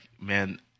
Man